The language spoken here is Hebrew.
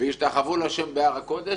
והשתחוו לשם בהר הקודש".